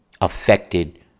affected